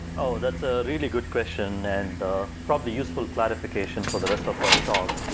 oh, that's a really good question and ah probably useful clarification for the rest of our talk.